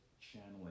channeling